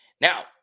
Now